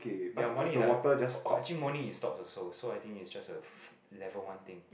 in the morning morning is stalk also so I think is just a level one thing